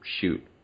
shoot